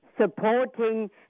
supporting